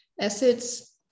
acids